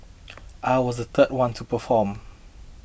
I was the third one to perform